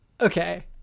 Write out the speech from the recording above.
Okay